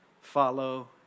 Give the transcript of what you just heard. follow